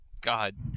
God